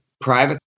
Private